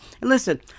Listen